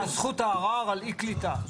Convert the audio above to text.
זכות הערר על אי קליטה.